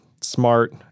smart